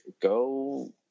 go